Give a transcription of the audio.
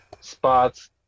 spots